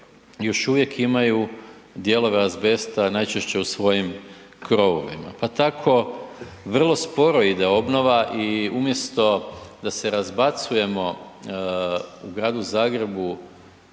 još uvijek imaju dijelove azbesta, najčešće u svojim krovovima. Pa tako vrlo sporo ide obnova i umjesto da se razbacujemo u gradu Zagrebu